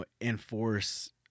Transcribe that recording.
enforce